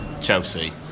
Chelsea